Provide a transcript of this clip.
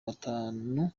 batanu